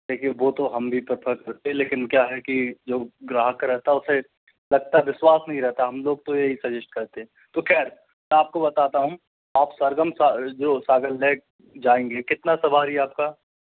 देखिए वह तो हम भी पता करतें लेकिन क्या है कि जो ग्राहक रहता उसे जब तक विश्वाश नहीं रहता हम लोग तो यह ही सजेस्ट करते हैं तो खैर मै आपको बताता हूँ आप सरगम जो सागर लेक जाएँगे कितना सवारी है आपका